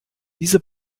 diese